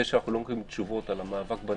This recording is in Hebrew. אנחנו לא מקבלים תשובות על המאבק בנגיף,